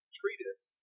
treatise